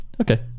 Okay